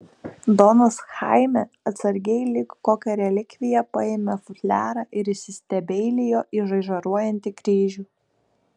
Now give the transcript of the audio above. donas chaime atsargiai lyg kokią relikviją paėmė futliarą ir įsistebeilijo į žaižaruojantį kryžių